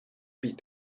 beat